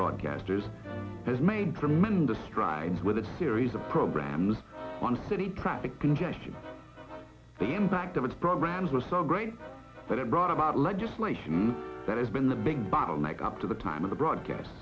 broadcasters has made tremendous strides with a series of programs on city traffic congestion the impact of its programs were so great that it brought about legislation that has been the big bottleneck up to the time of the broadcast